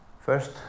First